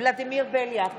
ולדימיר בליאק,